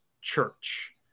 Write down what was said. Church